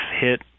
hit